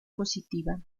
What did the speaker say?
positiva